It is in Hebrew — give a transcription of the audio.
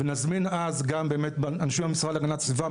ואז באמת נזמין גם אנשים מהמשרד להגנת הסביבה,